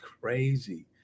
crazy